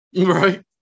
Right